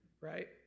right